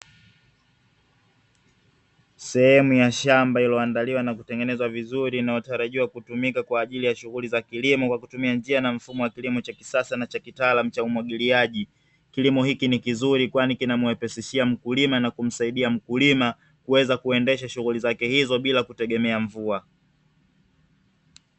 Sehemu ya shamba iliyoandaliwa na kutengenezwa vizuri inayotarajiwa kutumika kwa ajili ya shughuli za kilimo kwa kutumia njia na mfumo wa kilimo cha kisasa na cha kitaalamu cha umwagiliaji, kilimo hiki ni kizuri kwani kinamwepushia mkulima na kumsaidia mkulima kuweza kuendesha shughuli zake hizo bila kuetegemea mvua.